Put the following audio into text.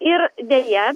ir deja